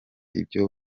ibyo